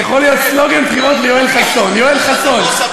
זה יכול להיות סלוגן בחירות ליואל חסון: יואל חסון,